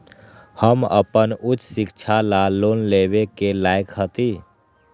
हम अपन उच्च शिक्षा ला लोन लेवे के लायक हती?